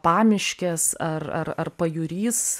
pamiškės ar ar ar pajūrys